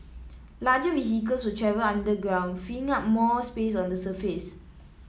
larger vehicles will travel underground freeing up more space on the surface